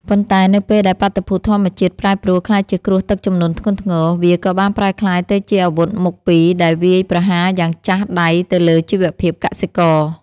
ប៉ុន្តែនៅពេលដែលបាតុភូតធម្មជាតិប្រែប្រួលក្លាយជាគ្រោះទឹកជំនន់ធ្ងន់ធ្ងរ វាក៏បានប្រែក្លាយទៅជាអាវុធមុខពីរដែលវាយប្រហារយ៉ាងចាស់ដៃទៅលើជីវភាពកសិករ។